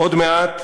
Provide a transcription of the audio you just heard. עוד מעט,